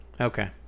Okay